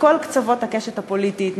מכל קצוות הקשת הפוליטית,